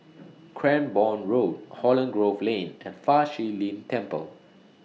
Cranborne Road Holland Grove Lane and Fa Shi Lin Temple